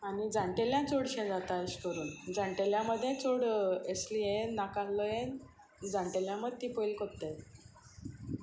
आनी जाण्टेल्यां चडशें जाता अशें करून जाण्टेल्या मदी चड एली हें नाका आसलो हे जाणटेल्या मदी ती पयली कोत्ताय